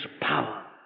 power